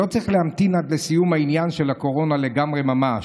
לא צריך להמתין עד לסיום העניין של הקורונה לגמרי ממש,